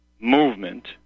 movement